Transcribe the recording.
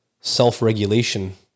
self-regulation